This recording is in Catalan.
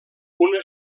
una